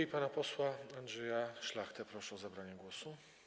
I pana posła Andrzeja Szlachtę proszę o zabranie głosu.